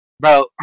bro